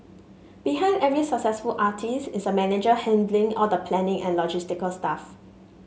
behind every successful artist is a manager handling all the planning and logistical stuff